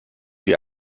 sie